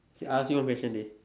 K I ask you one question dey